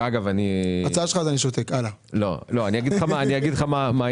ואני אגיד לך מה ההיגיון.